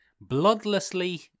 Bloodlessly